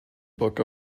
book